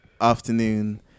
afternoon